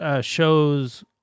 shows